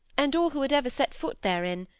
and all who had ever set foot therein,